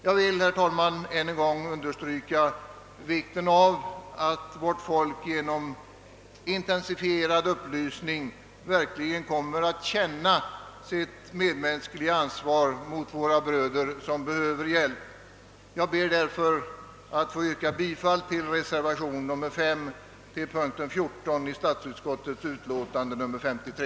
Jag vill, herr talman, än en gång understryka vikten av att vårt folk genom intensifierad upplysning verkligen kommer att känna sitt medmänskliga ansvar mot våra bröder, som behöver hjälp. Jag ber därför att få yrka bifall till reservation nr 5 vid punkten 14 i statsutskottets utlåtande nr 53.